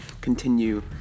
continue